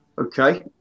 Okay